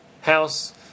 house